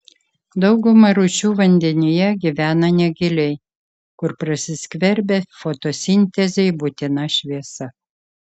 dauguma rūšių vandenyje gyvena negiliai kur prasiskverbia fotosintezei būtina šviesa